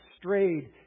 strayed